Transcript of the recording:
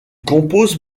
compose